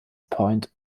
point